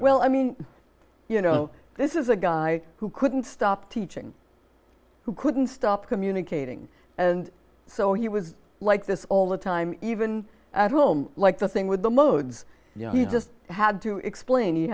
well i mean you know this is a guy who couldn't stop teaching who couldn't stop communicating and so he was like this all the time even at home like the thing with the modes you know he just had to explain